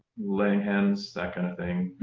laying hens, that kind of thing.